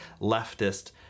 leftist